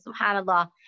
SubhanAllah